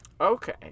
Okay